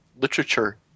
literature –